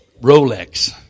Rolex